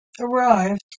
arrived